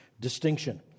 distinction